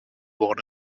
born